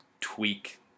tweak